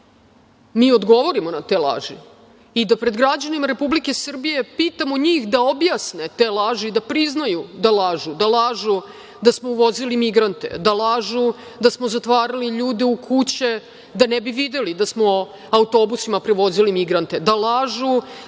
mi odgovorimo na te laži da pred građanima Republike Srbije pitamo njih da objasne te laži, da priznaju da lažu, da lažu da smo uvozili migrante, da lažu da smo zatvarali ljude u kuće da ne bi videli da smo autobusima prevozili migrante, da lažu